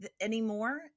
anymore